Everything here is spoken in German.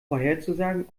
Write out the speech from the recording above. vorherzusagen